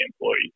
employees